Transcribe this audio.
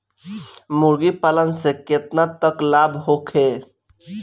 मुर्गी पालन से केतना तक लाभ होखे?